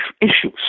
issues